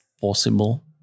possible